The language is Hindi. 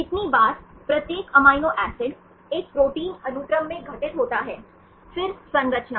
कितनी बार प्रत्येक अमीनो एसिड एक प्रोटीन अनुक्रम में घटित होता है फिर संरचना